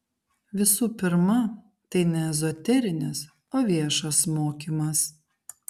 visų pirma tai ne ezoterinis o viešas mokymas